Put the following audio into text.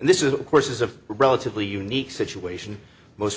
and this is of course is a relatively unique situation most